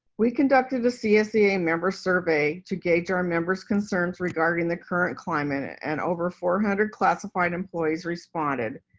we conducted a csea member survey to gauge our members concerns regarding the current climate. and over four hundred classified employees responded.